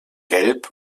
gelb